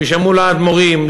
הם יישמעו לאדמו"רים,